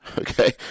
Okay